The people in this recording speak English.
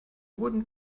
wooden